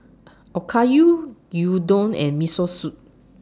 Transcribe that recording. Okayu Gyudon and Miso Soup